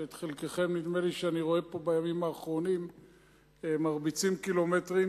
שאת חלקכם נדמה לי שאני רואה פה בימים האחרונים מרביצים קילומטרים,